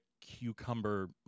cucumber